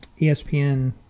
ESPN